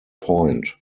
point